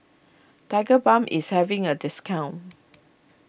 Tigerbalm is having a discount